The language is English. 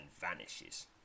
vanishes